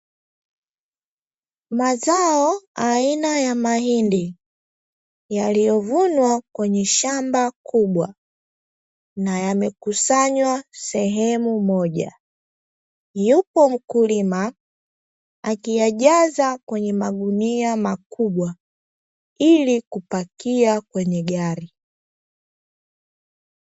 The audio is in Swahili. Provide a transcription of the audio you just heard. Mazao aina ya mahindi yakiyovunwa kwenye shamba kubwa na yamekusanywa sehemu moja, yupo mkulima akiyajaza kwenye magunia makubwa, ili kupakia kwenye gari.